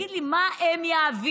תגיד לי, מה הם יעבירו?